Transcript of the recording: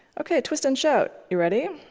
ok, twist and shout. you ready?